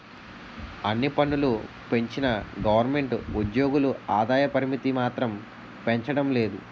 అన్ని పన్నులూ పెంచిన గవరమెంటు ఉజ్జోగుల ఆదాయ పరిమితి మాత్రం పెంచడం లేదు